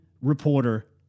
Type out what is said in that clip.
reporter